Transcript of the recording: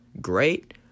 great